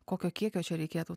kokio kiekio čia reikėtų